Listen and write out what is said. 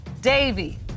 Davy